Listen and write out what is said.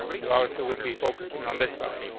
you always there would be focusing on this valley.